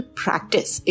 practice